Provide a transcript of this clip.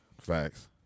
Facts